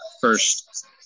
first